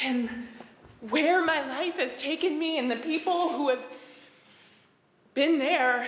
and where my life has taken me in the people who have been there